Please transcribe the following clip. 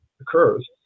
occurs